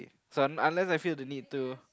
so I'm unless I feel the need to